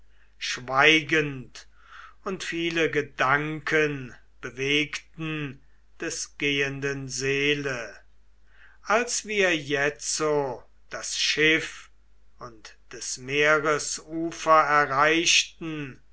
schweigend und viele gedanken bewegten des gehenden seele als wir jetzo das schiff und des meeres ufer erreichten